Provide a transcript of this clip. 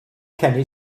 kenny